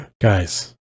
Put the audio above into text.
Guys